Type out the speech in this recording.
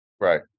Right